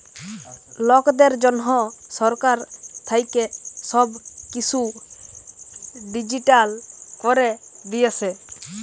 লকদের জনহ সরকার থাক্যে সব কিসু ডিজিটাল ক্যরে দিয়েসে